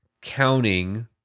counting